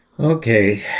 Okay